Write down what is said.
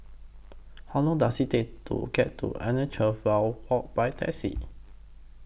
How Long Does IT Take to get to Anna Walk By Taxi